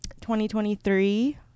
2023